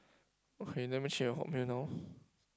okay let me check your hotmail now